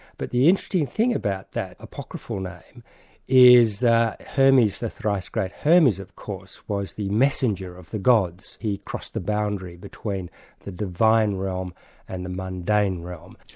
but the interesting thing about that apocryphal name is that hermes the thrice great, hermes of course was the messenger of the gods. he crossed the boundary between the divine realm and the mundane realm.